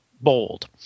bold